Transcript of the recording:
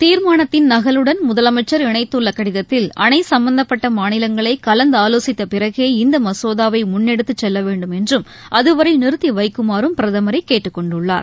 தீர்மானத்தின் நகலுடன் முதலமைச்சர் இனைத்துள்ள கடிதத்தில் அணை சம்பந்தப்பட்ட மாநிலங்களை கலந்தாலோசித்த பிறகே இந்த மசோதாவை முன்னெடுத்து செல்ல வேண்டும் என்றும் அதுவரை நிறுத்தி வைக்குமாறும் பிரதமரை கேட்டுக்கொண்டுள்ளார்